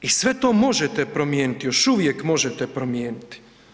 I sve to možete promijeniti, još uvijek možete promijeniti.